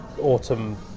autumn